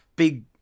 big